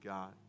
God